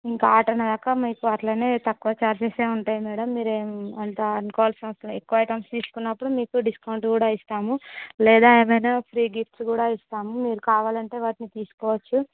ఇంక ఆర్డర్ అయ్యాక మీకు అట్లానే తక్కువ చార్జెస్ ఏ ఉంటాయి మ్యాడమ్ మీరేం అంత అనుకోవలసిన ఎక్కువ ఐటమ్స్ తీసుకున్నపుడు మీకు డిస్కౌంట్ కూడా ఇస్తాము లేదా ఏవైనా ఫ్రీ గిఫ్ట్ కూడా ఇస్తాము మీరు కావాలంటే వాటిని తీసుకోవచ్చు